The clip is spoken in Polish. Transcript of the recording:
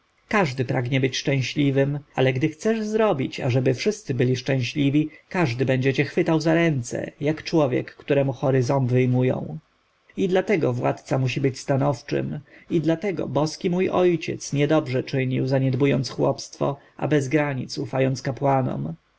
każdy pragnie być szczęśliwym ale gdy zechcesz zrobić ażeby wszyscy byli szczęśliwi każdy będzie cię chwytał za ręce jak człowiek któremu chory ząb wyjmują i dlatego władca musi być stanowczym i dlatego boski mój ojciec niedobrze czynił zaniedbując chłopstwo a bez granic ufając kapłanom